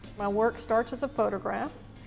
my work starts as a photograph,